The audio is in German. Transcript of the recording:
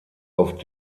auf